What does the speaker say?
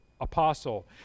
apostle